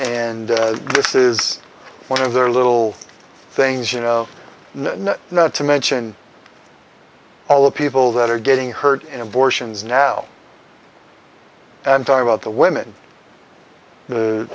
and this is one of their little things you know not to mention all the people that are getting hurt in abortions now and talk about the women